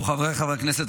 חבריי חברי הכנסת,